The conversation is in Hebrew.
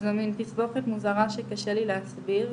זה גם מין תסבוכת מוזרה שקשה לי להסביר,